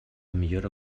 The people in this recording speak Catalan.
millora